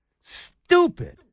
Stupid